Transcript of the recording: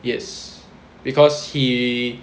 yes because he